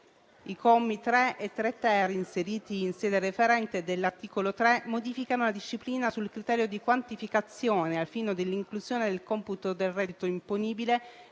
dell'articolo 3, inseriti in sede referente, modificano la disciplina sul criterio di quantificazione al fine dell'inclusione nel computo del reddito imponibile